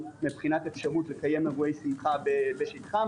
מבחינת אפשרות לקיים אירועי שמחה בשטחם.